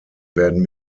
werden